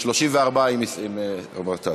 33 בעד, ללא מתנגדים וללא נמנעים.